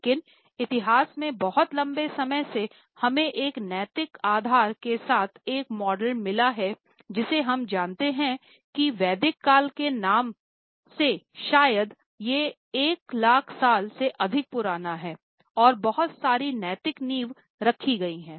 लेकिन इतिहास में बहुत लंबे समय से हमें एक नैतिक आधार के साथ एक मॉडल मिला है जिसे हम जानते हैं कि वैदिक काल के नाम से शायद ये 1 लाख साल से अधिक पुराना है और बहुत सारी नैतिक नींव रखी गई है